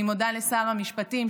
אני מודה לשר המשפטים,